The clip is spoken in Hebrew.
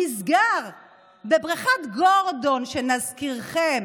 נסגר בבריכת גורדון, שנזכירכם,